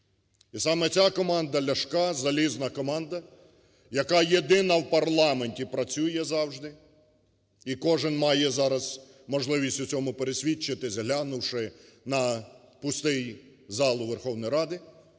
І саме ця команда Ляшка, залізна команда, яка єдина в парламенті працює завжди і кожен має зараз можливість у цьому пересвідчитися, глянувши на пустий зал Верховної Ради.